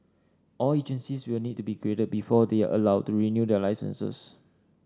all agencies will need to be graded before they are allowed to renew their licences